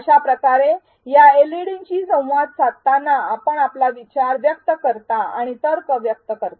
अशा प्रकारे या एलईडींशी संवाद साधताना आपण आपला विचार व्यक्त करता आणि तर्क व्यक्त करता